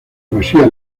poesía